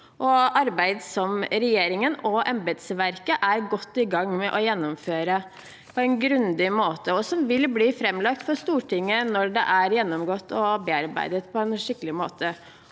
arbeid som regjeringen og embetsverket er godt i gang med å gjennomføre på en grundig måte, og som vil bli framlagt for Stortinget når det er gjennomgått og bearbeidet på en skikkelig måte.